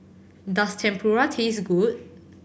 does Tempura taste good